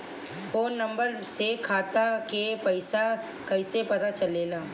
Phone number से खाता के पइसा कईसे पता चलेला?